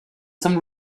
some